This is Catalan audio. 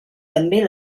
també